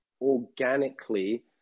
organically